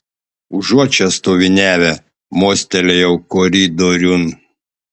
užuot čia stoviniavę mostelėjau koridoriun